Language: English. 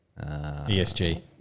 ESG